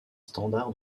standards